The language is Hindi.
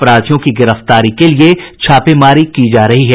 अपराधियों की गिरफ्तारी के लिये छापेमारी की जा रही है